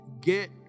get